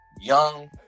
young